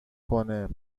کنه